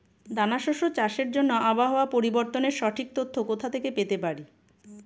দানা শস্য চাষের জন্য আবহাওয়া পরিবর্তনের সঠিক তথ্য কোথা থেকে পেতে পারি?